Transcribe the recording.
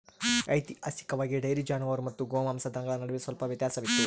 ಐತಿಹಾಸಿಕವಾಗಿ, ಡೈರಿ ಜಾನುವಾರು ಮತ್ತು ಗೋಮಾಂಸ ದನಗಳ ನಡುವೆ ಸ್ವಲ್ಪ ವ್ಯತ್ಯಾಸವಿತ್ತು